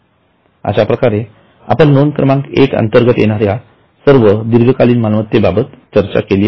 अश्या प्रकारे आपण नोंद क्रमांक एकअंतर्गत येणाऱ्या सर्व दीर्घकालीन मालमत्तेबद्दल चर्चा केली आहे